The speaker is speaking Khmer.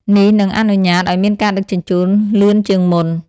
នេះនឹងអនុញ្ញាតឱ្យមានការដឹកជញ្ជូនលឿនជាងមុន។